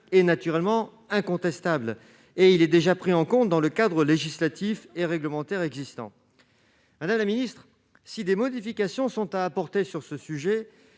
usages est incontestable, et il est déjà pris en compte dans le cadre législatif et réglementaire existant. Si des modifications sont à apporter sur ce sujet,